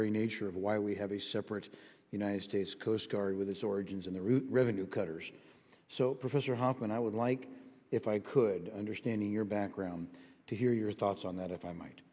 very nature of why we have a separate united states coast guard with its origins in the root revenue cutters so professor hop and i would like if i could understand your background to hear your thoughts on that if i might